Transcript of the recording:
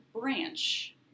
branch